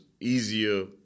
easier